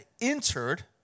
entered